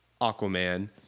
Aquaman